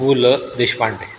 Pu La Deshpande